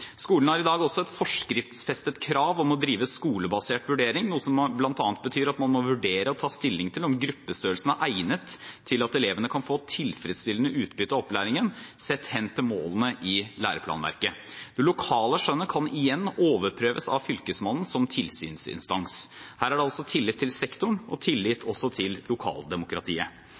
Skolen har i dag også et forskriftsfestet krav om å drive skolebasert vurdering, noe som bl.a. betyr at man må vurdere og ta stilling til om gruppestørrelsene er egnet til at elevene kan få tilfredsstillende utbytte av opplæringen, sett hen til målene i læreplanverket. Det lokale skjønnet kan igjen overprøves av fylkesmannen som tilsynsinstans. Her er det altså tillit til sektoren og